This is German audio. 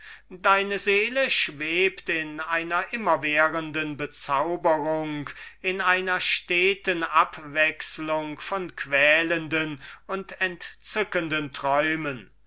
deine seele schwebt in einer beständigen bezauberung in einer abwechselung von quälenden und entzückenden träumen